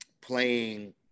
playing